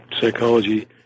psychology